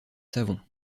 savons